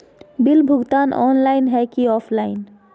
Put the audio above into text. Bill भुगतान online है की ऑफलाइन?